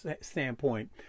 standpoint